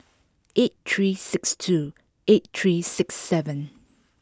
eight three six two eight three six seven